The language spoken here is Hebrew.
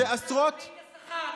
את השכר.